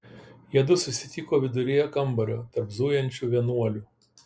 jiedu susitiko viduryje kambario tarp zujančių vienuolių